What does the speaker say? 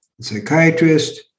psychiatrist